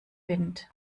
wind